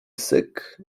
syk